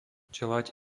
čeľaď